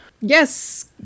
Yes